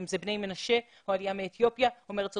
אם אלה בני מנשה או העלייה מאתיופיה או מארצות